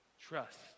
Trust